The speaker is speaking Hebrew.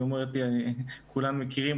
היא אמרה לי: כולם מכירים.